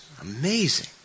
Amazing